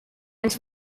ens